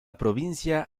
provincia